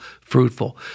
fruitful